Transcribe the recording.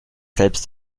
selbst